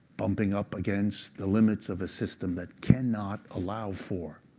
bumping up against the limits of a system that cannot allow for,